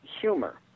humor